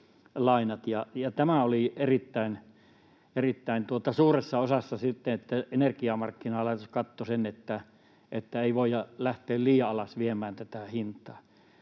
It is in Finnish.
tämä oli sitten erittäin suuressa osassa siinä, että energiamarkkinalaitos katsoi, että ei voida lähteä liian alas viemään tätä hintaa.